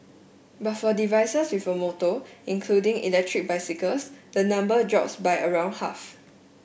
but for devices with a motor including electric bicycles the number drops by around half